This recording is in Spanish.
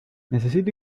necesito